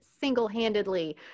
single-handedly